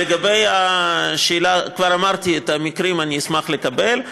לגבי השאלה, כבר אמרתי: את המקרים אשמח לקבל.